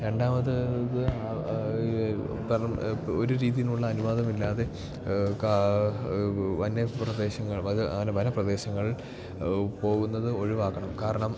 രണ്ടാമത് ഇത് അവർ കാരണം അത് ഒരു രീതീനുള്ള അനുവാദമില്ലാതെ ഒരു വന്യ പ്രദേശങ്ങൾ അത് അങ്ങനെ വന പ്രദേശങ്ങൾ പോകുന്നത് ഒഴിവാക്കണം കാരണം